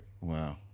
Wow